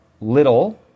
little